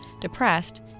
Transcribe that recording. depressed